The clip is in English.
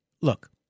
look –